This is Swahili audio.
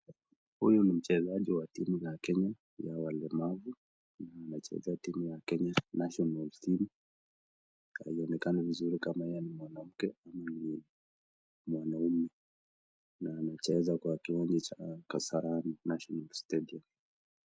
Huyu ni mchezaji wa timu ya Kenya ya walemavu, anachezea timu ya Kenya National team ,haionekani vizuri kama yeye ni mwanamke ama ni mwanaume na anacheza kwa kiwanja cha Kasarani National Stadium.